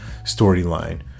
storyline